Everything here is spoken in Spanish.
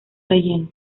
relleno